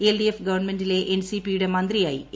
LDF ഗവൺമെന്റിലെ എൻസിപിയുടെ മന്ത്രിയായി എ